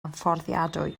fforddiadwy